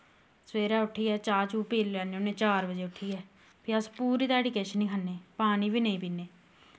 सवेरै उट्ठियै चाह् चू पी लैन्ने होन्ने चार बज़े उट्ठियै फ्ही अस पूरी ध्याड़ी किश नी खन्ने पानी बी नेंई पीने